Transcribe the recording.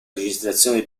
registrazioni